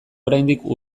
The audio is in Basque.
oraindik